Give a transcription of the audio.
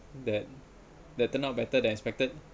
that that turn out better than expected